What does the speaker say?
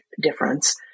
difference